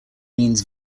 means